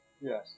Yes